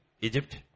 Egypt